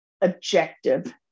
objective